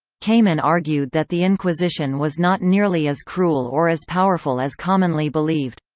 kamen argued that the inquisition was not nearly as cruel or as powerful as commonly believed.